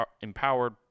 empowered